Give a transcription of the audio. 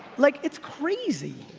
like it's crazy.